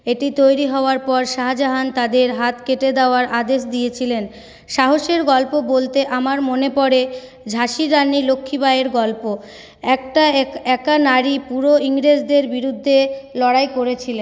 এটি তৈরি হওয়ার পর শাহজাহান তাদের হাত কেটে দেওয়ার আদেশ দিয়েছিলেন সাহসের গল্প বলতে আমার মনে পরে ঝাঁসির রানী লক্ষীবাঈয়ের গল্প একটা একা নারী পুরো ইংরেজদের বিরুদ্ধে লড়াই করেছিলেন